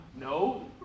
No